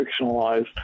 fictionalized